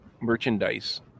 merchandise